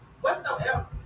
whatsoever